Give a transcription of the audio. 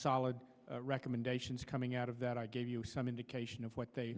solid recommendations coming out of that i gave you some indication of what they